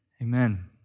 Amen